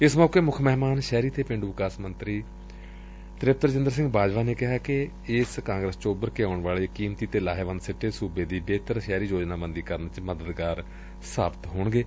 ਇਸ ਮੌਕੇ ਮੁੱਖ ਮਹਿਮਾਨ ਸ਼ਹਿਰੀ ਤੇ ਪੇਂਡੂ ਵਿਕਾਸ ਮੰਤਰੀ ਡ੍ਰਿਪਤ ਰਾਜੀਦਰ ਸਿੰਘ ਬਾਜਵਾ ਨੇ ਕਿਹਾ ਕਿ ਇਸ ਕਾਂਗਰਸ ਵਿਚੋਂ ਉਂਭਰ ਕੇ ਆਉਣ ਵਾਲੇ ਕੀਮਤੀ ਤੇ ਲਾਹੇਵੰਦ ਸਿੱਟੇ ਸੂਬੇ ਦੀ ਬਿਹਤਰ ਸ਼ਹਿਰੀ ਯੋਜਨਾਬੰਦੀ ਕਰਨ ਵਿੱਚ ਮਦਦਗਾਰ ਸਾਬਿਤ ਹੋਣਗੇ